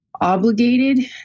obligated